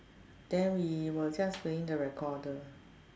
then we were just playing the recorder